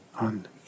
on